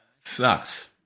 Sucks